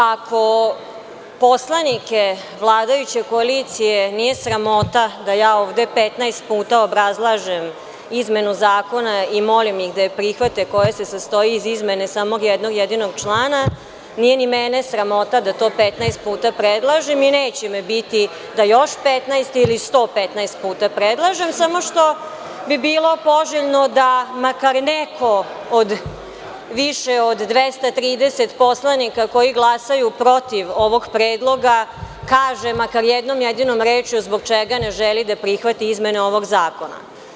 Ako poslanike vladajuće koalicije nije sramota da ja ovde 15 puta obrazlažem izmenu zakona i molim ih da je prihvate koja se sastoji iz izmene samog jednog jedinog člana, nije ni mene sramota da to 15 puta predlažem i neće me biti da još 15 puta ili 115 puta predlažem, samo što bi bilo poželjno da makar neko od više od 230 poslanika koji glasaju protiv ovog predloga kaže makar jednom jedinom rečju zbog čega ne želi da prihvati izmene ovog zakona.